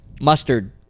mustard